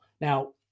Now